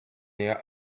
near